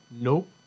Nope